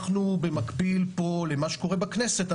במקביל פה למה שקורה בכנסת,